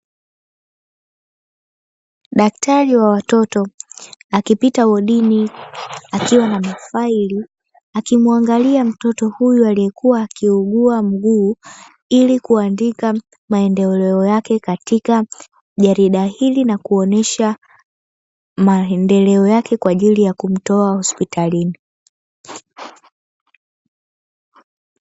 Daktari wa watoto akipita wodini akiwa na faili, akimwangalia mtoto huyu aliyekuwa akiugua mguu ili kuandika maendeleo yake katika jarida hili, na kuonyesha maendeleo yake kwa ajili ya kumtoa hospitalini.